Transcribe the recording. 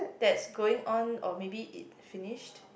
that's going on or maybe it finish